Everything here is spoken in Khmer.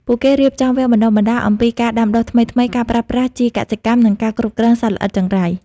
ពួកគេរៀបចំវគ្គបណ្ដុះបណ្ដាលអំពីការដាំដុះថ្មីៗ ការប្រើប្រាស់ជីកសិកម្ម និងការគ្រប់គ្រងសត្វល្អិតចង្រៃ។